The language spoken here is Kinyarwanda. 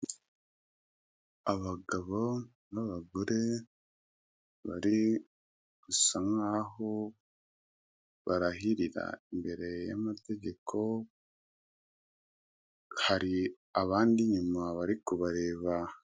Abagabo n'abagore bari gusa nkaho barahirira imbere y'amategeko, hari abandi inyuma bari kubareba.